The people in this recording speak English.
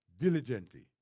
diligently